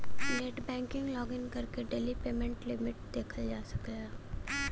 net banking login करके daily payment limit देखल जा सकला